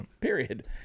period